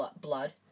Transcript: blood